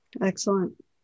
Excellent